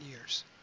years